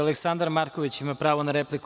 Aleksandar Marković ima pravo na repliku.